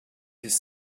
his